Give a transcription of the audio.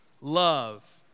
love